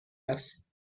است